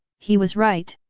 he was right.